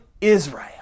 Israel